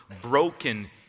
broken